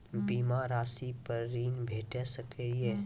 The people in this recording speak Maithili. बीमा रासि पर ॠण भेट सकै ये?